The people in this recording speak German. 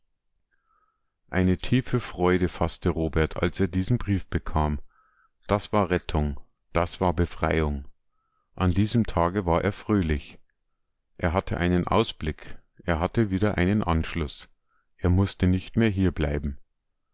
eine tiefe freude faßte robert als er diesen brief bekam das war rettung das war befreiung an diesem tage war er fröhlich er hatte einen ausblick er hatte wieder einen anschluß er mußte nicht mehr hierbleiben